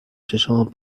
چشامو